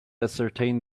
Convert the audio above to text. ascertain